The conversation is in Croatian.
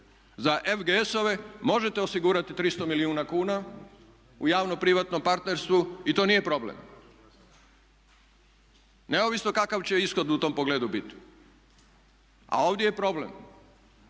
Za FGS-ove možete osigurati 300 milijuna kuna u javno privatnom partnerstvu i to nije problem neovisno kakav će ishod u tom pogledu biti, a ovdje je problem.